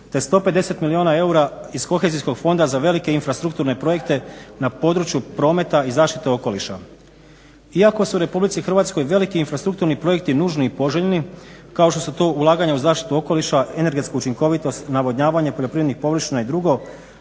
te 150 milijuna eura iz kohezijskog Fonda za velike infrastrukturne projekte na području prometa i zaštite okoliša. Iako se u RH veliki infrastrukturni projekti nužni i poželjni kao što su to ulaganja u zaštitu okoliša, energetsku učinkovitost, navodnjavanje poljoprivrednih površina i drugo